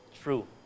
true